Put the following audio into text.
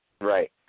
Right